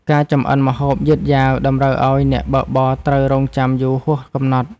ការចម្អិនម្ហូបយឺតយ៉ាវតម្រូវឱ្យអ្នកបើកបរត្រូវរង់ចាំយូរហួសកំណត់។